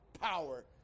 power